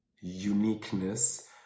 uniqueness